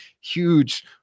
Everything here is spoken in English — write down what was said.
huge